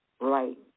right